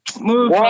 Move